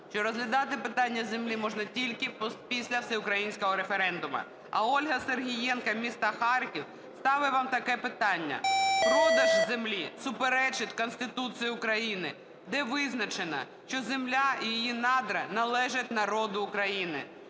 що розглядати питання землі можна тільки після всеукраїнського референдуму. А Ольга Сергієнко з міста Харкова ставить вам таке питання. "Продаж землі суперечить Конституції України, де визначено, що земля і її надра належать народу України.